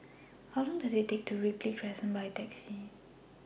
How Long Does IT Take to get to Ripley Crescent By Taxi